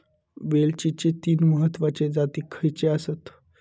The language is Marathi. वेलचीचे तीन महत्वाचे जाती खयचे आसत?